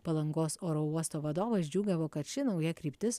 palangos oro uosto vadovas džiūgavo kad ši nauja kryptis